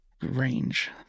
Range